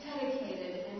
dedicated